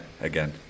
again